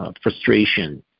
frustration